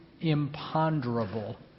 imponderable